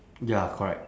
ya correct